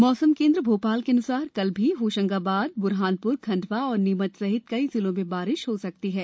मौसम केंद्र भोपाल के अन्सार कल भी होशंगाबाद ब्रहानप्र खंडवा और नीमच सहित कई जिलों में बारिश हो सकती है